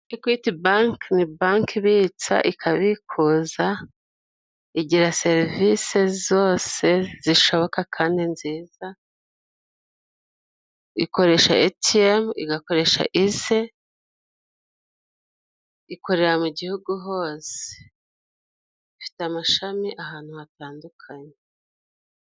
Ekwiti Banki ni banki ibitsa ikabikuza. Igira serivisi zose zishoboka kandi nziza, ikoresha etiyemu, igakoresha ize, ikorera mu Gihugu hose. Ifite amashami ahantu hatandukanye.